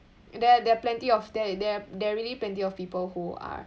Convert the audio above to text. there there plenty of there there there are really plenty of people who are